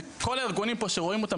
וכל הארגונים שרואים פה,